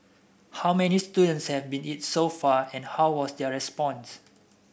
how many students have seen it so far and how was their response